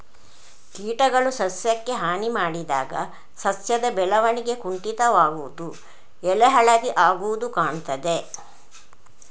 ಕೀಟಗಳು ಸಸ್ಯಕ್ಕೆ ಹಾನಿ ಮಾಡಿದಾಗ ಸಸ್ಯದ ಬೆಳವಣಿಗೆ ಕುಂಠಿತವಾಗುದು, ಎಲೆ ಹಳದಿ ಆಗುದು ಕಾಣ್ತದೆ